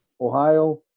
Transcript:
Ohio